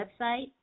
website